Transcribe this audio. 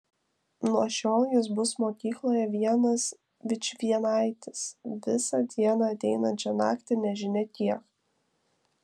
nuo šiol jis bus mokykloje vienas vičvienaitis visą dieną ateinančią naktį nežinia kiek